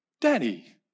Daddy